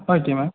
okay ma'am